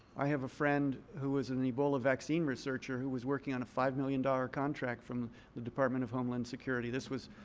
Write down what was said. i have a friend who was an ebola vaccine researchers who was working on a five million dollars contract from the department of homeland security this was,